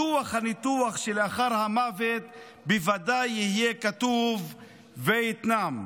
בדוח הניתוח שלאחר המוות בוודאי יהיה כתוב וייטנאם.